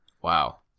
Wow